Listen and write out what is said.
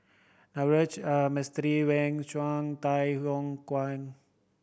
Naveji R Mistori When Chunde Tay Yong Guan